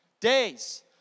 days